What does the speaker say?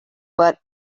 but